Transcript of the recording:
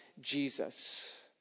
Jesus